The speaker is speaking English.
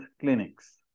clinics